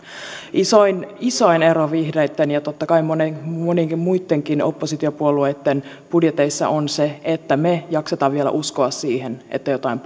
isoin isoin ero vihreitten ja totta kai monienkin muittenkin oppositiopuolueitten budjeteissa on se että me jaksamme vielä uskoa siihen että jotain